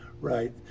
right